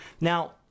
Now